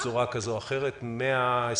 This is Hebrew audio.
כמה?